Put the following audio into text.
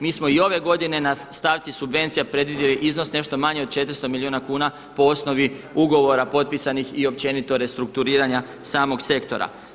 Mi smo i ove godine na stavci subvencija predvidjeli iznos nešto manji od 400 milijuna kuna po osnovi ugovora potpisanih i općenito restrukturiranja samog sektora.